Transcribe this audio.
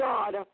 God